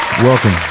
Welcome